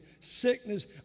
sickness